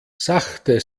sachte